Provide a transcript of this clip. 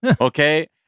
Okay